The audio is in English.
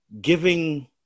giving